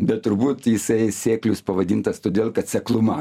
bet turbūt jisai sėklius pavadintas todėl kad sekluma